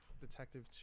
Detective